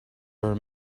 our